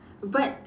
but